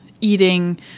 eating